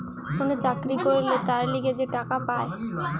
কোন চাকরি করলে তার লিগে যে টাকা পায়